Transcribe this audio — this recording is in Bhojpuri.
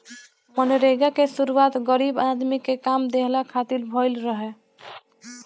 मनरेगा के शुरुआत गरीब आदमी के काम देहला खातिर भइल रहे